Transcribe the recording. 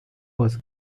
was